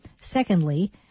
Secondly